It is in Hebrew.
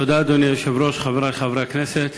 אדוני היושב-ראש, חברי חברי הכנסת,